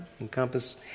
encompass